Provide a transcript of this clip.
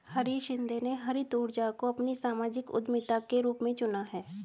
हरीश शिंदे ने हरित ऊर्जा को अपनी सामाजिक उद्यमिता के रूप में चुना है